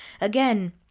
Again